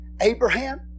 Abraham